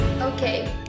Okay